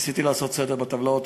ניסיתי לעשות סדר בטבלאות,